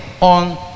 on